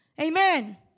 Amen